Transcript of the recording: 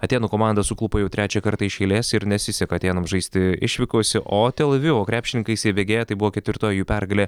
atėnų komanda suklupo jau trečią kartą iš eilės ir nesiseka atėnams žaisti išvykose o tel avivo krepšininkai įsibėgėja tai buvo ketvirtoji jų pergalė